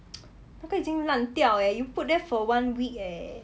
那个已经烂掉 eh you put there for one week eh